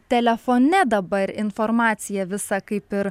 telefone dabar informacija visa kaip ir